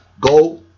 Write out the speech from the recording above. go